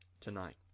tonight